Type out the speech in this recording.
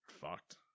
Fucked